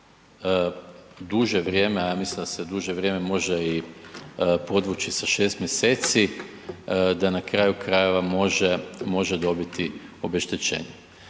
duže vrijeme, a ja mislim da se duže vrijeme može i podvući sa šest mjeseci da na kraju krajeva može dobiti obeštećenje.